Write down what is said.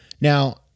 Now